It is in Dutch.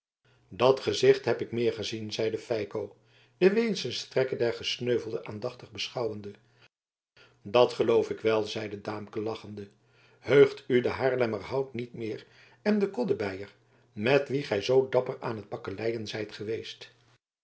dat gezicht heb ik meer gezien zeide feiko de wezenstrekken des gesneuvelden aandachtig beschouwende dat geloof ik wel zeide daamke lachende heugt u den haarlemmerhout niet meer en den koddebeier met wien gij zoo dapper aan t bakkeleien zijt geweest